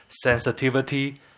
sensitivity